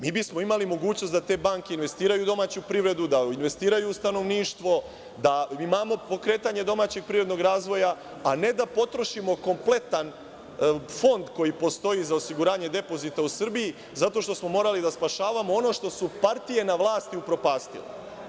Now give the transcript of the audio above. Mi bismo imali mogućnost da te banke investiraju domaću privredu, da investiraju u stanovništvo, da imamo pokretanje domaćeg privrednog razvoja, a ne da potrošimo kompletan fond, koji postoji za osiguranje depozita u Srbiji, zato što smo morali da spašavamo ono što su partije na vlasti upropastile.